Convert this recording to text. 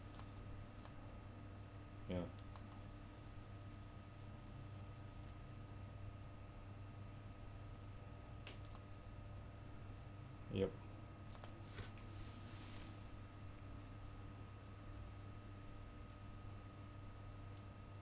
ya yup